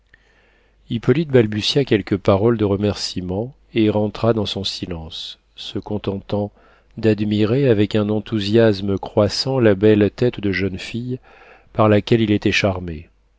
hippolyte balbutia quelques paroles de remercîment et rentra dans son silence se contentant d'admirer avec un enthousiasme croissant la belle tête de jeune fille par laquelle il était charmé